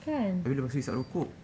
kan